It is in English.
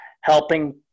helping